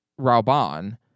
Rauban